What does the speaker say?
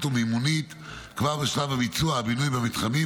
וממונית כבר בשלב הביצוע הבינוי במתחמים,